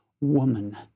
Woman